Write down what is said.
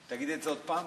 תגיד את זה עוד פעם.